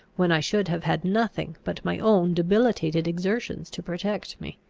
when i should have had nothing but my own debilitated exertions to protect me.